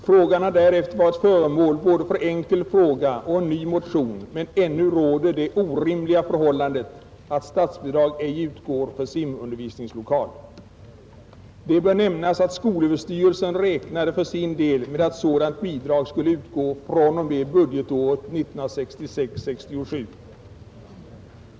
Frågan har därefter varit föremål för både en enkel fråga och en ny motion, men ännu råder det orimliga förhållandet att statsbidrag ej utgår för simundervisningslokal. Det bör nämnas att skolöverstyrelsen för sin del räknade med att sådant bidrag skulle utgå från och med budgetåret 1966/67.